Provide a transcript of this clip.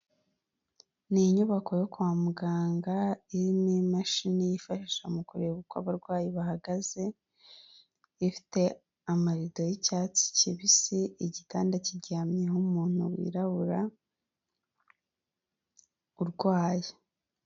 Ni inyubako yo kwa muganga irimo imashini yifashishwa mu kureba uko abarwayi bahagaze, ifite amarido y'icyatsi kibisi, igitanda kiryahamyeho umuntu wirabura urwaye.